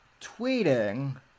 tweeting